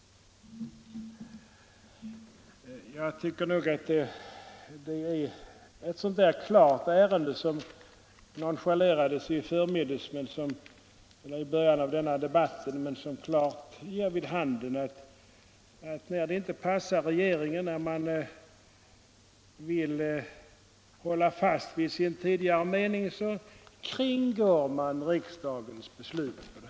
Detta ärende har tidigare nonchalerats, men det ger klart vid handen att när ett riksdagsbeslut inte passar regeringen, utan denna vill hålla fast vid sin tidigare mening, så kringgår man i stället beslutet.